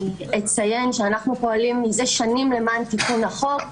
אני אציין שאנחנו פועלים מזה שנים למען תיקון החוק.